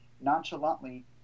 nonchalantly